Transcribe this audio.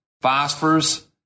phosphorus